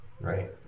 Right